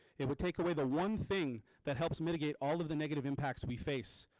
it would take away the one thing that helps mitigate all of the negative impacts we face.